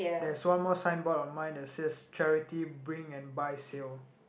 there's one more signboard on mine that says charity bring and buy sale